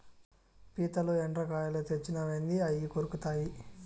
పీతలు, ఎండ్రకాయలు తెచ్చినావేంది అయ్యి కొరుకుతాయి